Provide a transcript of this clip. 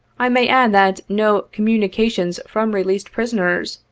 i may add, that no communications from released prisoners,